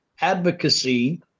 advocacy